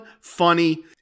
funny